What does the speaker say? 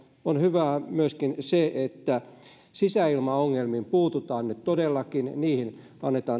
on hyvää myöskin se että sisäilmaongelmiin puututaan nyt todellakin